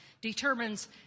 determines